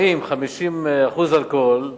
40%, 50% אלכוהול,